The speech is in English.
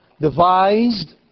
devised